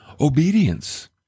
obedience